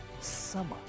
summer